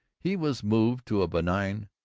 he was moved to a benign,